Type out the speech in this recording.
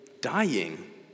dying